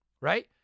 right